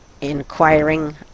inquiring